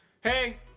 hey